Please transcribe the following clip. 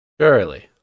Surely